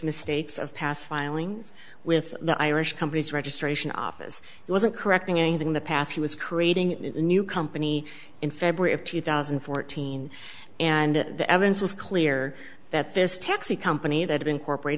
mistakes of past filings with the irish companies registration office it wasn't correcting the past he was creating a new company in february of two thousand and fourteen and the evidence was clear that this taxi company that incorporate